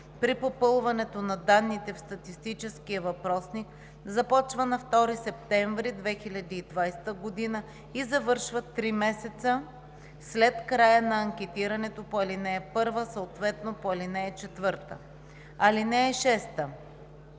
при попълването на данните в статистическия въпросник започва на 2 септември 2020 г. и завършва три месеца след края на анкетирането по ал. 1, съответно по ал. 4. (6)